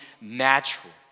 natural